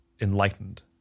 enlightened